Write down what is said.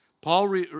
Paul